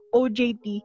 ojt